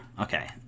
Okay